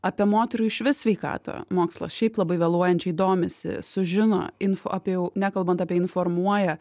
apie moterų išvis sveikatą mokslas šiaip labai vėluojančiai domisi sužino info apie jau nekalbant apie informuoja